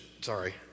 sorry